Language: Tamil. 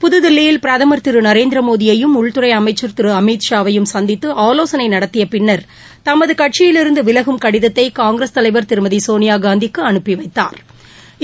புதுதில்லியில் பிரதமர் திரு நரேந்திரமோடியையும் உள்துறை அமைச்ச் திரு அமித்ஷாவையும் சந்தித்து ஆலோசனை நடத்திய பின்னா் தமது கட்சியிலிருந்து விலகும் கடிதத்தை காங்கிரஸ் தலைவா் திருமமதி சோனியா காந்திக்கு அனுப்பி வைத்தாா்